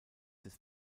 des